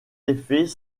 effets